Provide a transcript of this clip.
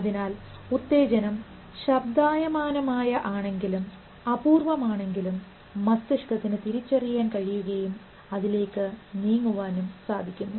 അതിനാൽ ഉത്തേജനം ശബ്ദായമാനമായ ആണെങ്കിലും അപൂർവമാണെങ്കിലും മസ്തിഷ്കത്തിന് തിരിച്ചറിയാൻ കഴിയുകയും അതിലേക്ക് നീങ്ങുവാൻ സാധിക്കുന്നു